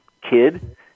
kid